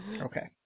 Okay